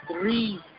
three